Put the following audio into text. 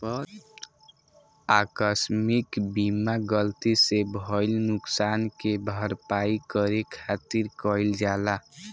आकस्मिक बीमा गलती से भईल नुकशान के भरपाई करे खातिर कईल जाला